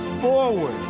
forward